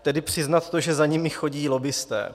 Tedy přiznat to, že za nimi chodí lobbisté.